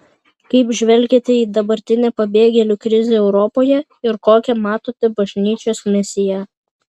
kaip žvelgiate į dabartinę pabėgėlių krizę europoje ir kokią matote bažnyčios misiją